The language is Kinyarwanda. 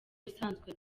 usanzwe